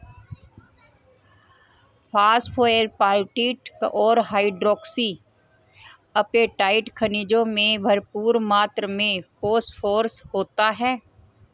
phosphoapatite और hydroxy apatite खनिजों में भरपूर मात्र में फोस्फोरस होता है